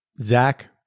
Zach